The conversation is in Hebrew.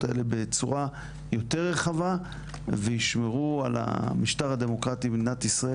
האלה בצורה יותר רחבה וישמרו על המשטר הדמוקרטי במדינת ישראל,